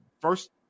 first